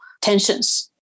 tensions